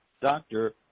doctor